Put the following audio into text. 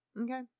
okay